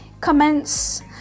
comments